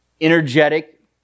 energetic